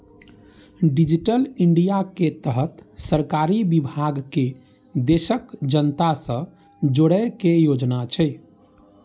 digital India के तहत सरकारी विभाग कें देशक जनता सं जोड़ै के योजना छै